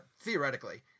Theoretically